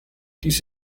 dies